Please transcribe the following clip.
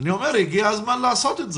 הגיע הזמן לעשות את זה.